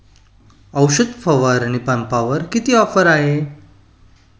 औषध फवारणी पंपावर किती ऑफर आहे?